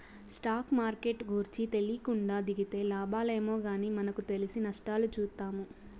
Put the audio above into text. stock మార్కెట్ల గూర్చి తెలీకుండా దిగితే లాబాలేమో గానీ మనకు తెలిసి నష్టాలు చూత్తాము